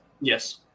Yes